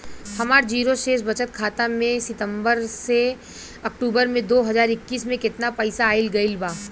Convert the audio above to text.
हमार जीरो शेष बचत खाता में सितंबर से अक्तूबर में दो हज़ार इक्कीस में केतना पइसा आइल गइल बा?